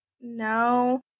no